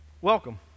welcome